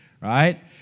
right